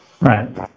Right